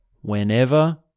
Whenever